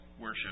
worship